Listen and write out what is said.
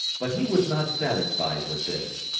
but he was not satisfied with this.